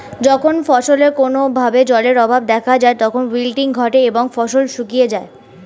যখন ফসলে কোনো ভাবে জলের অভাব দেখা যায় তখন উইল্টিং ঘটে এবং ফসল শুকিয়ে যায়